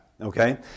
okay